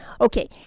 Okay